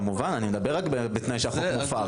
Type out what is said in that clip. כמובן, אני מדבר רק בתנאי שהחוק מופר.